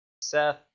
Seth